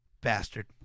bastard